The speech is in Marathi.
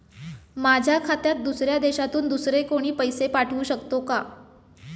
माझ्या खात्यात दुसऱ्या देशातून दुसरे कोणी पैसे पाठवू शकतो का?